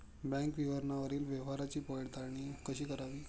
Bank विवरणावरील व्यवहाराची पडताळणी कशी करावी?